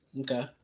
okay